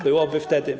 Byłoby wtedy.